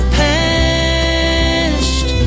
past